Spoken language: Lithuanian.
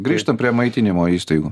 grįžtam prie maitinimo įstaigų